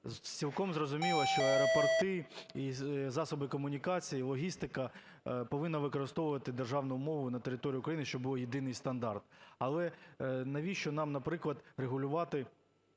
цілком зрозуміло, що аеропорти і засоби комунікацій, і логістика повинні використовувати державну мову на території України, щоб був єдиний стандарт. Але навіщо нам, наприклад, регулювати